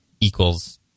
equals